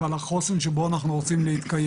ועל החוסן שבו אנחנו רוצים להתקיים.